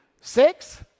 Six